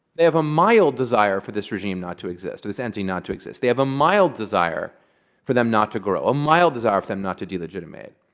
they have a mild desire for this regime not to exist, or this entity not to exist. they have a mild desire for them not to grow, a mild desire for them not to de-legitimate.